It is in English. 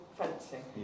fencing